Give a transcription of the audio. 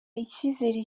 icyizere